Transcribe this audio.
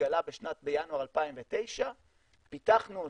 שהתגלה בינואר 2009. פיתחנו אותו.